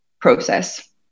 process